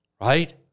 right